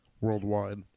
worldwide